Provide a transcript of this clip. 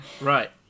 Right